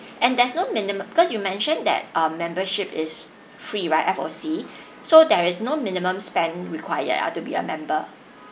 and there's no minimum cause you mentioned that um membership is free right F_O_C so there is no minimum spend require ah to be a member